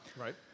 Right